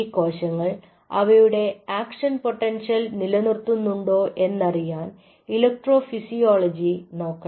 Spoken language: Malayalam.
ഈ കോശങ്ങൾ അവയുടെ ആക്ഷൻ പൊട്ടൻഷ്യൽ നിലനിർത്തുന്നുണ്ടോ എന്നറിയാൻ ഇലക്ട്രോഫിസിയോളജി നോക്കണം